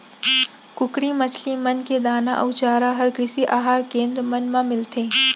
कुकरी, मछरी मन के दाना अउ चारा हर कृषि अहार केन्द्र मन मा मिलथे